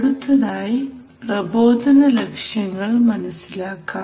അടുത്തതായി പ്രബോധന ലക്ഷ്യങ്ങൾ മനസ്സിലാക്കാം